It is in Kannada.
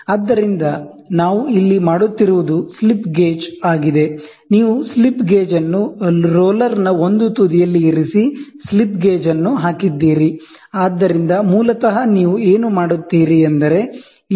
ಆದ್ದರಿಂದ ನಾವು ಇಲ್ಲಿ ಮಾಡುತ್ತಿರುವುದು ಸ್ಲಿಪ್ ಗೇಜ್ ಆಗಿದೆ ನೀವು ಸ್ಲಿಪ್ ಗೇಜ್ ಅನ್ನು ರೋಲರ್ನ ಒಂದು ತುದಿಯಲ್ಲಿ ಇರಿಸಿ ಸ್ಲಿಪ್ ಗೇಜ್ ಅನ್ನು ಹಾಕಿದ್ದೀರಿ ಆದ್ದರಿಂದ ಮೂಲತಃ ನೀವು ಏನು ಮಾಡುತ್ತೀರಿ ಎಂದರೆ ಇಲ್ಲಿ ಎತ್ತರವಿದೆ